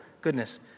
goodness